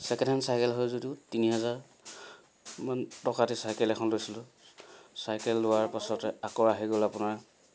second hand cycle হয় যদিও তিনি হাজাৰ মান টকাতে চাইকেল এখন লৈছিলোঁ চাইকেল লোৱাৰ পাছতে আকৌ আহি গ'ল আপোনাৰ